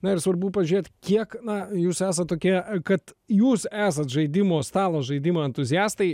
na ir svarbu pažiūrėt kiek na jūs esat tokie a kad jūs esat žaidimo stalo žaidimo entuziastai